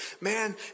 Man